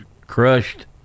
crushed